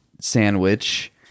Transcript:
sandwich